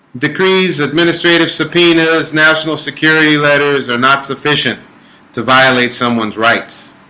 decrees administrative subpoenas national security letters are not sufficient to violate someone's rights